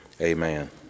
Amen